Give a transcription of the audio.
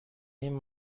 این